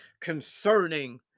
concerning